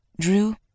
Drew